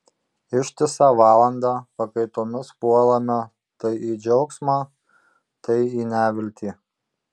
ištisą valandą pakaitomis puolame tai į džiaugsmą tai į neviltį